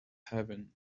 heaven